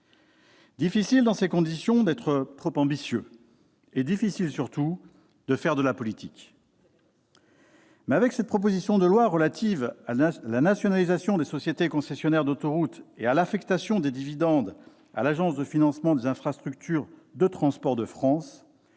Difficile dans ces conditions d'être trop ambitieux et difficile, surtout, de faire de la politique. Avec cette proposition de loi relative à la nationalisation des sociétés concessionnaires d'autoroutes et à l'affectation des dividendes à l'Agence de financement des infrastructures de transport de France,